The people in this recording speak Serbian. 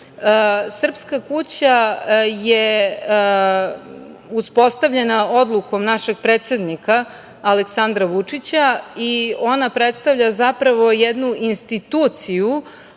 zemlje. Srpska kuća je uspostavljena odlukom našeg predsednika Aleksandra Vučića i ona predstavlja zapravo jednu instituciju